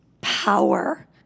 power